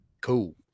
cool